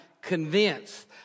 convinced